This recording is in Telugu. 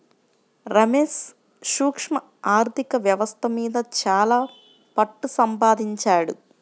రమేష్ సూక్ష్మ ఆర్ధిక వ్యవస్థ మీద చాలా పట్టుసంపాదించాడు